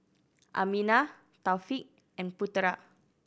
Aminah Taufik and Putera